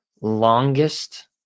longest